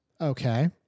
Okay